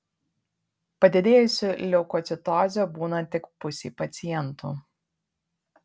padidėjusi leukocitozė būna tik pusei pacientų